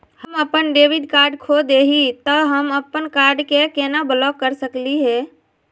हम अपन debit card खो दे ही, त हम अप्पन कार्ड के केना ब्लॉक कर सकली हे?